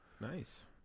nice